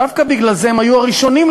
דווקא בגלל זה הם היו הראשונים,